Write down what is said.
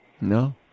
no